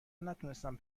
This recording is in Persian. نتونستم